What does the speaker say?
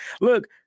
Look